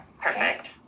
Perfect